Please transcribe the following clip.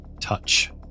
touch